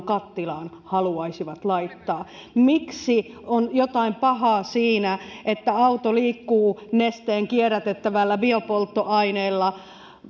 kattilaan haluaisivat laittaa miksi on jotain pahaa siinä että auto liikkuu nesteen kierrätettävällä biopolttoaineella